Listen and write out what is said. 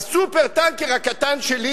ה"סופר-טנקר" הקטן שלי,